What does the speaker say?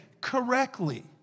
Correctly